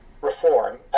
reform